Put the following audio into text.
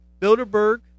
Bilderberg